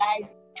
Guys